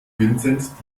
vincent